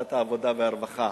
ועדת העבודה והרווחה,